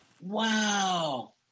Wow